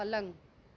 पलंग